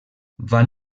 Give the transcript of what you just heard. van